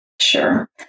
Sure